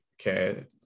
okay